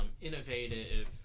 innovative